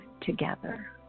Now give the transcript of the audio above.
together